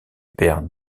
père